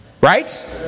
Right